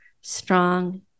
strong